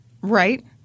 Right